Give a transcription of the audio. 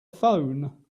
phone